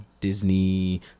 Disney